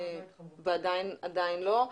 עדיין לא הצלחנו.